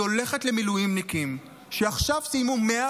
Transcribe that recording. היא הולכת למילואימניקים שעכשיו סיימו 140